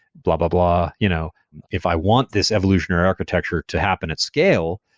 blah-blah blah. you know if i want this evolutionary architecture to happen at scale,